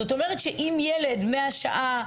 זאת אומרת שאם ילד מהשעה,